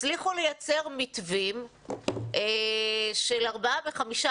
הצליחו לייצר מתווים של ארבעה וחמישה